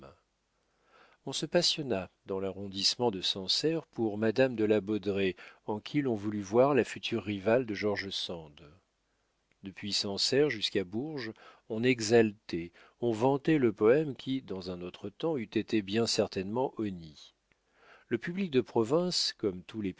on se passionna dans l'arrondissement de sancerre pour madame de la baudraye en qui l'on voulut voir la future rivale de george sand depuis sancerre jusqu'à bourges on exaltait on vantait le poème qui dans un autre temps eût été bien certainement honni le public de province comme tous les